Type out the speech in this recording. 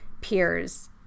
peers